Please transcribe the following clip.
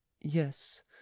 Yes